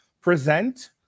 present